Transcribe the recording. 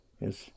yes